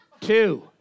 two